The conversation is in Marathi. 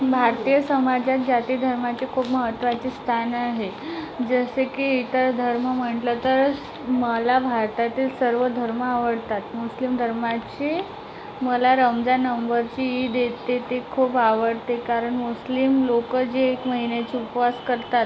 भारतीय समाजात जातीधर्माचे खूप महत्त्वाचे स्थान आहे जसे की इतर धर्म म्हटलं तर मला भारतातील सर्व धर्म आवडतात मुस्लिम धर्माचे मला रमजान नम्बरची ईद येते ते खूप आवडते कारण मुस्लिम लोकं जे एक महिन्याचे उपवास करतात